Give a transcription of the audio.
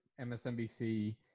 MSNBC –